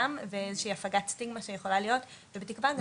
גם כאיזו הפגת סטיגמה שיכולה להיות ובתקווה גם